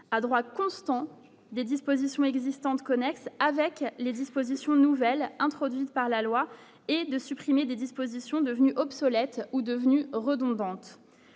à droit constant des dispositions existantes connexes avec les dispositions nouvelles introduites par la loi et de supprimer des dispositions devenues obsolètes ou devenues redondantes,